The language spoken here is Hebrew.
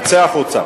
תצא החוצה.